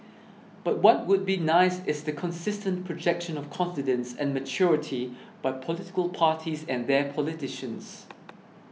but what would be nice is the consistent projection of confidence and maturity by political parties and their politicians